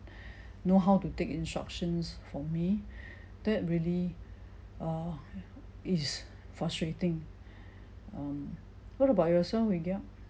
know how to take instructions for me that really uh is frustrating um what about yourself wee geok